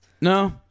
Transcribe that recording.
No